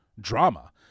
drama